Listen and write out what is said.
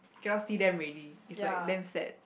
cannot see them already is like damn sad